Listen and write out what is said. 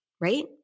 right